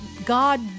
God